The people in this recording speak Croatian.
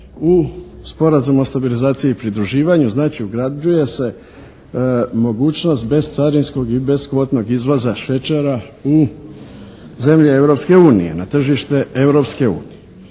u Sporazumu o stabilizaciji i pridruživanju. Znači ugrađuje se mogućnost bescarinskog i beskvotnog izvoza šećera u zemlje Europske